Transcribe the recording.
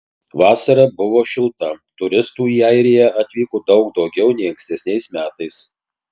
vasara buvo šilta turistų į airiją atvyko daug daugiau nei ankstesniais metais